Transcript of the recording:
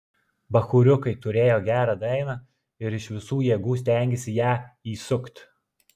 bachūriukai turėjo gerą dainą ir iš visų jėgų stengėsi ją įsukt